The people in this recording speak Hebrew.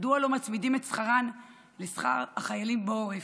מדוע לא מצמידים את שכרן לשכר החיילים בעורף,